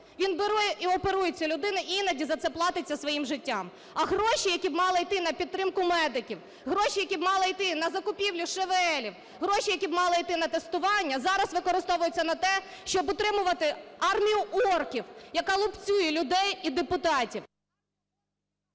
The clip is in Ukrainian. Він бере і оперує цю людину, і іноді за це платиться своїм життям. А гроші, які мали б іти на підтримку медиків, гроші, які мали б іти на закупівлю ШВЛ, гроші, які мали б іти на тестування, зараз використовують на те, щоб утримувати армію "орків", яка лупцює людей і депутатів.